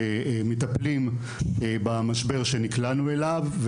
מטפלים במשבר שנקלענו אליו,